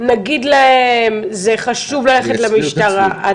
נגיד להם זה חשוב ללכת למשטרה.